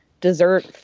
dessert